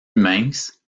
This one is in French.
mince